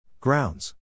Grounds